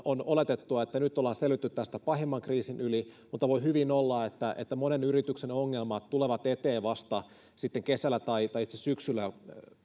on oletettua että nyt ollaan selvitty tästä pahimman kriisin yli mutta voi hyvin olla että että monen yrityksen ongelmat tulevat eteen vasta sitten kesällä tai syksyllä